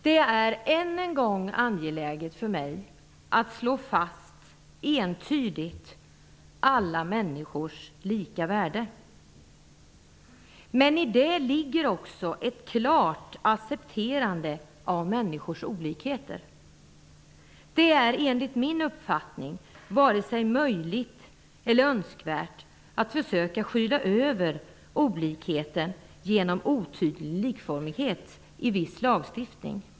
Det är än en gång angeläget för mig att entydigt slå fast alla människors lika värde. Men i det ligger också ett klart accepterande av människors olikheter. Det är enligt min uppfattning varken möjligt eller önskvärt att försöka skyla över olikheten genom otydlig likformighet i viss lagstiftning.